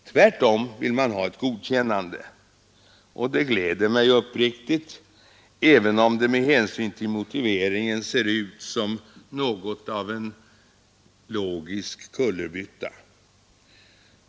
Tvärtom vill man ha ett godkännande. Det gläder mig uppriktigt, även om det med hänsyn till motiveringen ser ut som något av en logisk kullerbytta.